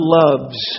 loves